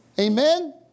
Amen